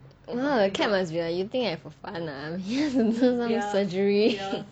you know the cat must be like you think I for fun now surgery